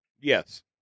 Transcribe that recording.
Yes